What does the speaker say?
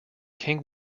king